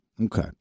Okay